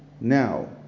Now